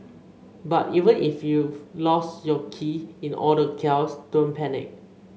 but even if you've lost your keys in all the chaos don't panic